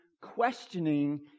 questioning